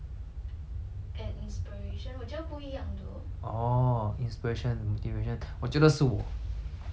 oh inspiration and motivation 我觉得是我为什么会这样讲 leh 因为